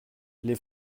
les